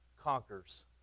conquers